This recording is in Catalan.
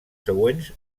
següents